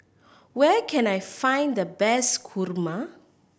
where can I find the best kurma